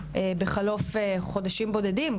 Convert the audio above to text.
בחלוף חודשים בודדים,